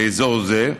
לאזור זה.